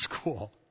school